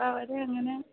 ആ അതെങ്ങനെ